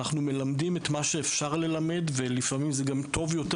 אנחנו מלמדים את מה שאפשר ללמד ולפעמים זה גם טוב יותר